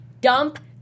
dump